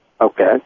Okay